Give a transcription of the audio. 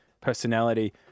personality